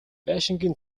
байшингийн